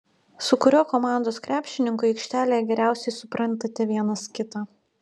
su kuriuo komandos krepšininku aikštelėje geriausiai suprantate vienas kitą